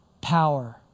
power